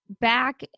back